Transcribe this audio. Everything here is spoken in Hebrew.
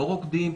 לא רוקדים,